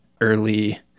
early